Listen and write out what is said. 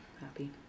happy